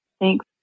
Thanks